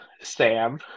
Sam